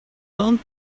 learned